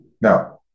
Now